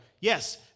Yes